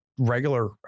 regular